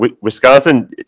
Wisconsin